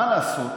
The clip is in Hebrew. מה לעשות,